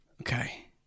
Okay